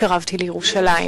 התקרבתי לירושלים.